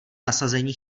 nasazení